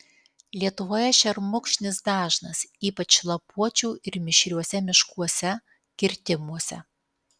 lietuvoje šermukšnis dažnas ypač lapuočių ir mišriuose miškuose kirtimuose